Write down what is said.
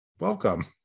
welcome